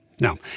Now